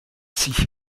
sich